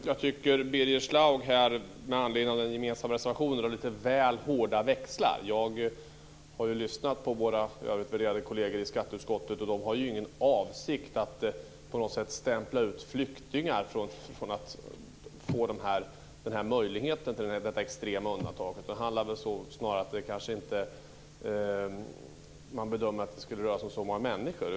Herr talman! Jag tycker, med anledning av den gemensamma reservationen, att Birger Schlaug drar lite väl hårda växlar. Jag har lyssnat på våra värderade kolleger i skatteutskottet. De har ingen avsikt att på något sätt stämpla ut flyktingar när det gäller att få den här möjligheten, det extrema undantaget. Det handlar snarare om att man kanske bedömt att det inte skulle röra sig om så många människor.